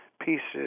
pieces